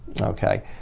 Okay